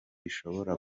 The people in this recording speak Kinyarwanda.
ishobora